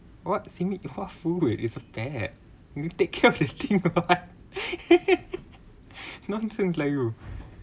what similar what food is a pet you take care of that thing right nonsense lah you